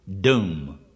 doom